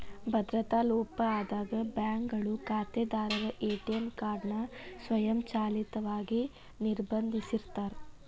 ಭದ್ರತಾ ಲೋಪ ಆದಾಗ ಬ್ಯಾಂಕ್ಗಳು ಖಾತೆದಾರರ ಎ.ಟಿ.ಎಂ ಕಾರ್ಡ್ ನ ಸ್ವಯಂಚಾಲಿತವಾಗಿ ನಿರ್ಬಂಧಿಸಿರ್ತಾರ